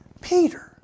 Peter